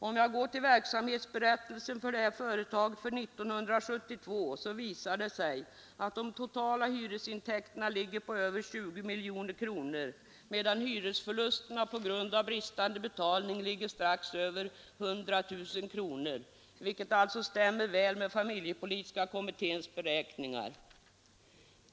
Om jag går till verksamhetsberättelsen för det här företaget för 1972 visar det sig att de totala hyresintäkterna ligger på över 20 miljoner kronor, medan hyresförlusterna på grund av bristande betalning ligger strax över 100 000 kronor, vilket alltså stämmer väl med familjepolitiska kommitténs beräkningar.